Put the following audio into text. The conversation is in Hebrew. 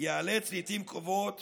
ייאלץ לעיתים קרובות